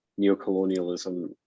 neocolonialism